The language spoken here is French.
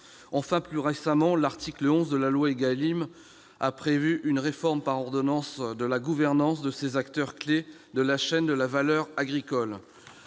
Enfin, plus récemment, l'article 11 de loi ÉGALIM a prévu une réforme par ordonnances de la gouvernance de ces acteurs clés de la chaîne de valeur agricole.